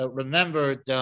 remembered